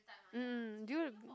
hmm did you